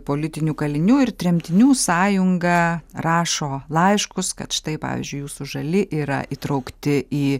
politinių kalinių ir tremtinių sąjunga rašo laiškus kad štai pavyzdžiui jūsų žali yra įtraukti į